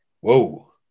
Whoa